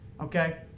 Okay